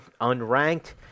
unranked